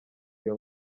iyo